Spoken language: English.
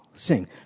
Sing